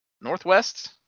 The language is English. northwest